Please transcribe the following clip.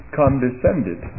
condescended